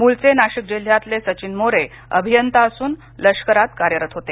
मूळचे नाशिक जिल्ह्यातले सचिन मोरे अभियंता असून लष्करात कार्यरत होते